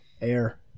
air